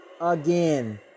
again